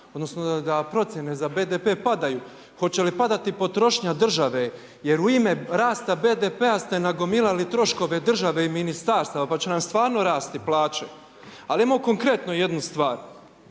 odnosno da procjene za BDP padaju. Hoće li padati potrošnja države? Jer u ime rasta BDP-a ste nagomilali troškove države i ministarstava pa će nam stvarno rasti plaće. Ali ajmo konkretno jednu stvar,